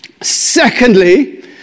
Secondly